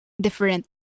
different